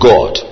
God